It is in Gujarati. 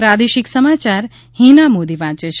પ્રાદેશિક સમાચાર હિના મોદી વાંચ છે